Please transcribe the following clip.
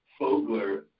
Fogler